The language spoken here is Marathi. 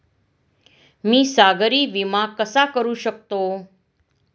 मी सागरी विमा कसा करू शकतो?